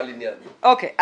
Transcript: אוקיי.